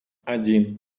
один